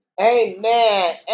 amen